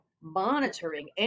monitoring